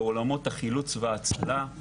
בעולמות החילוץ וההצלה,